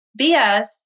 BS